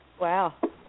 Wow